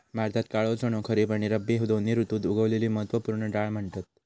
भारतात काळो चणो खरीब आणि रब्बी दोन्ही ऋतुत उगवलेली महत्त्व पूर्ण डाळ म्हणतत